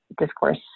discourse